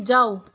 जाऊ